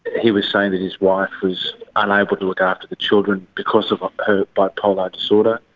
he was saying that his wife was unable to look after the children because of her bipolar disorder,